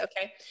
Okay